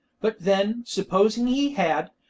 but then, supposing he had,